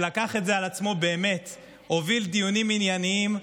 שלקח את זה על עצמו, הוביל דיונים ענייניים,